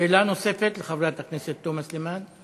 שאלה נוספת לחברת הכנסת תומא סלימאן.